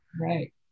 Right